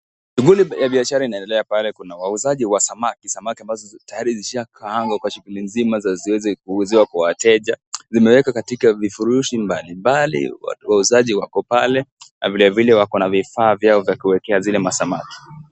Shughuli ya biashara inaendelea pale kuna wauzaji wa samaki, samaki ambazo tayari zishakaangwa kwa shughuli zima ziweze kuuziwa kwa wateja, zimewekwa katika vifurushi mbalimbali, wauzaji wako pale, vilevile wako na vifaa vyao vya kuwekea zile masamaki.